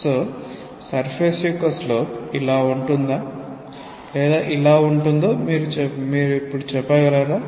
so surface యొక్క slope ఇలా ఉంటుందా లేదా ఇలా ఉంటుందో మీరు ఇప్పుడు చెప్పగలరా